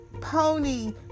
pony